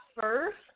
first